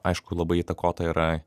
aišku labai įtakota yra